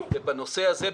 ובנושא הזה,